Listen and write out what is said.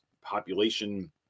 population